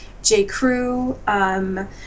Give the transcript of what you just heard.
J.Crew